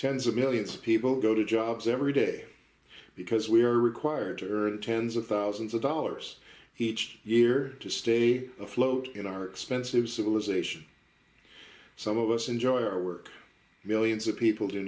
tens of millions of people go to jobs every day because we are required to earn tens of thousands of dollars each year to stay afloat in our expensive civilization some of us enjoy our work millions of people do